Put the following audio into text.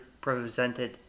presented